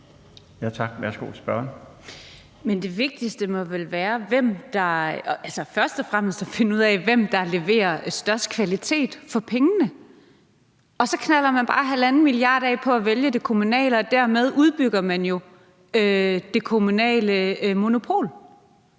at finde ud af, hvem der leverer den højeste kvalitet for pengene. Og så knalder man bare 1,5 mia. kr. af på at vælge det kommunale, og dermed udbygger man jo det kommunale monopol.